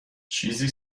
چیزی